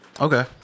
Okay